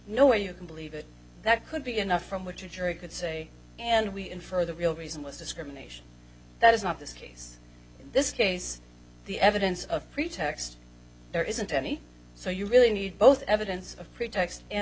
no way you can believe it that could be enough from which a jury could say and we infer the real reason was discrimination that is not this case in this case the evidence of pretext there isn't any so you really need both evidence of pretext and